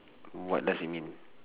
what does it mean